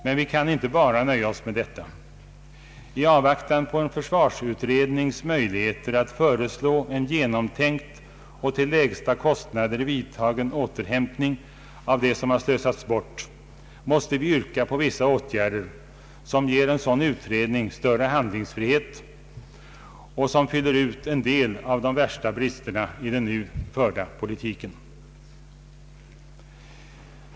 Men vi kan inte bara nöja oss med detta. I avvaktan på en försvarsutrednings möjligheter att få en genomtänkt och till lägsta kostnader vidtagen återhämtning av det som har slösats bort måste vi yrka på vissa åtgärder, som ger en sådan utredning större handlingsfrihet och som fyller ut en del av de värsta bristerna i den nu förda politiken.